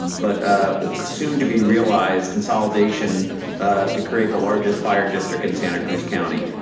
but ah soon to be realized consolidation to create the largest fire district in santa cruz county.